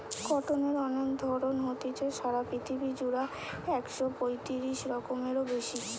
কটনের অনেক ধরণ হতিছে, সারা পৃথিবী জুড়া একশ পয়তিরিশ রকমেরও বেশি